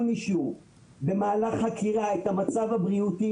מישהו במהלך חקירה את המצב הבריאותי,